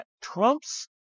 Trump's